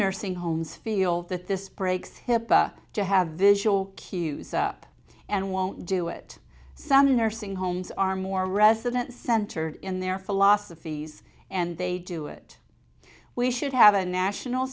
nursing homes feel that this breaks hipaa to have visual cues up and won't do it some nursing homes are more resident centered in their philosophies and they do it we should have a national